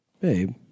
Babe